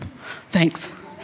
thanks